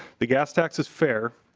the gas tax is fair.